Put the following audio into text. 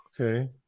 okay